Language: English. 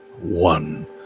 one